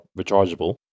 rechargeable